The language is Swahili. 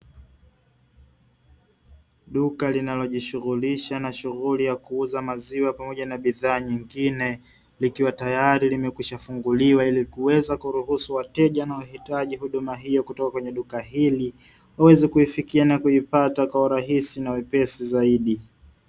Duka linalojishughulisha na shughuli ya kuuza maziwa pamoja na bidhaa nyingine, likiwa tayari limekwisha kufunguliwa ili kuweza kuruhusu wateja wanaohitaji huduma hiyo kutoka kwenye duka hili waweze kuifikia na kuipata kwa urahisi na wepesi zaidi.